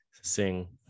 sing